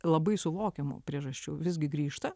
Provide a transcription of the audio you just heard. labai suvokiamų priežasčių visgi grįžta